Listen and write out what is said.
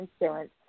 insurance